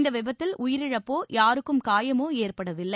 இந்த விபத்தில் உயிரிழப்போ யாருக்கும் காயமோ ஏற்படவில்லை